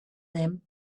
them